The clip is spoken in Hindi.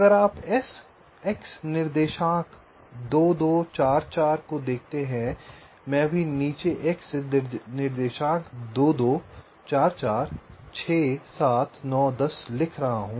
अगर आप x निर्देशांक 2 2 4 4 को देखते हैं मैं अभी नीचे x निर्देशांक 2 2 4 4 6 7 9 10 लिख रहा हूं